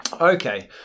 Okay